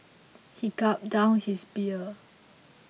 he gulped down his beer